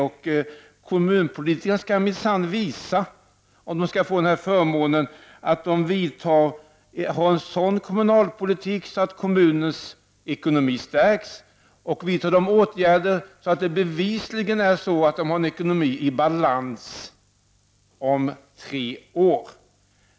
Och kommunpolitikerna skall minsann visa, om de skall få denna förmån, att de för en sådan kommunalpolitik att kommunens ekonomi stärks och att de vidtar de åtgärder som gör att de bevisligen har en ekonomi i balans om tre år.